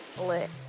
Lit